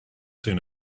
soon